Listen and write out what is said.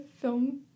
film